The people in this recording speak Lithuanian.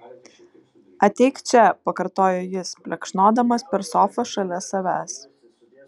ateik čia pakartojo jis plekšnodamas per sofą šalia savęs